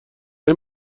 این